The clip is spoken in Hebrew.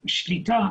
שליטה,